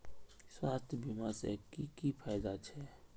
स्वास्थ्य बीमा से की की फायदा छे?